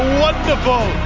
wonderful